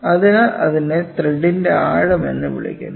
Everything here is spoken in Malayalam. അതിനാൽ അതിനെ ത്രെഡിന്റെ ആഴം എന്ന് വിളിക്കുന്നു